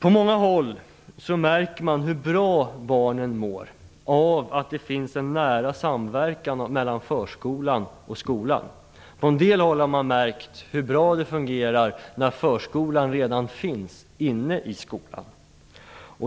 På många håll märker man hur bra barnen mår av att det finns en nära samverkan mellan förskolan och skolan. På en del håll har man märkt hur bra det fungerar när förskolan redan finns inne i skolan.